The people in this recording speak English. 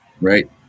right